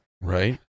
right